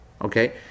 Okay